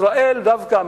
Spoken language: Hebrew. ישראל דווקא,